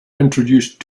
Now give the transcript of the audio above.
introduce